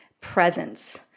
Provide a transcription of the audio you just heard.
presence